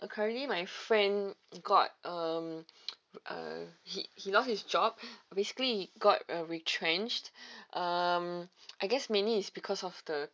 uh currently my friend got um uh he he lost his job basically he got uh retrenched um I guess mainly is because of the